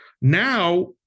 Now